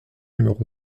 numéro